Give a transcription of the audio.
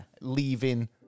leaving